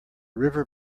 river